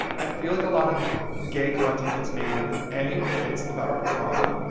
i feel like a lot of gay content gets made if, a, it's about our trauma,